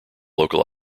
local